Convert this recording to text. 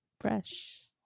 Fresh